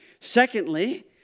Secondly